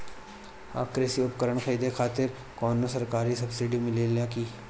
कृषी उपकरण खरीदे खातिर कउनो सरकारी सब्सीडी मिलेला की?